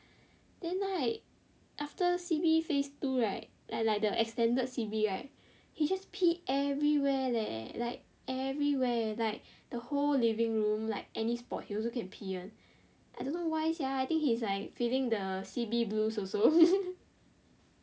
then right after C_B phase two right like like the extended C_B right he just pee everywhere leh like everywhere like the whole living room like any spot he also can pee one I don't know why sia I think he is like feeling the C_B blues also